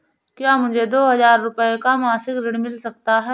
क्या मुझे दो हजार रूपए का मासिक ऋण मिल सकता है?